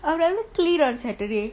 I will rather clean on saturday